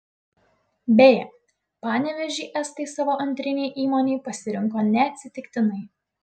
beje panevėžį estai savo antrinei įmonei pasirinko neatsitiktinai